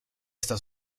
esta